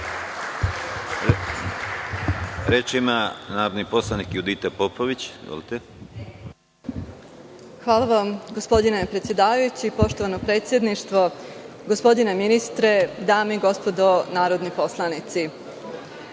Reč ima narodni poslanik Judita Popović. **Judita Popović** Hvala vam, gospodine predsedavajući. Poštovano predsedništvo, gospodine ministre, dame i gospodo narodni poslanici,